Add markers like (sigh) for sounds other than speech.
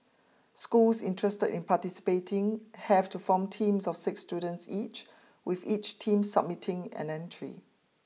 schools interested in participating have to form teams of six students each (noise) with each team submitting an entry